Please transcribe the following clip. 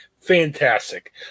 Fantastic